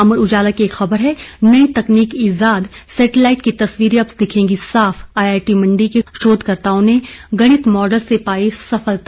अमर उजाला की एक खबर है नई तकनीक ईजाद सैटेलाईट की तस्वीरें अब दिखेंगी साफ आईआईटी मंडी के शोधकर्ताओं ने गणित मॉडल से पाई सफलता